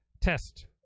test